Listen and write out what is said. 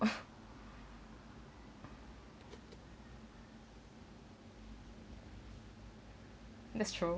that's true